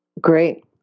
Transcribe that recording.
Great